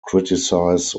criticize